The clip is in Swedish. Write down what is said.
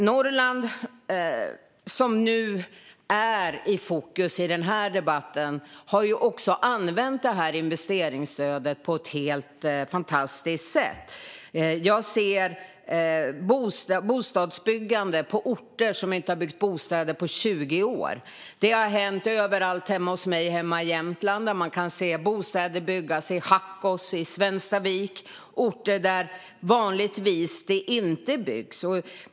Norrland, som står i fokus för denna debatt, har använt investeringsstödet på ett helt fantastiskt sätt. Jag ser bostadsbyggande på orter som inte har byggt bostäder på 20 år. Det har hänt hemma i Jämtland i Hackås och Svenstavik, orter där det vanligtvis inte byggs.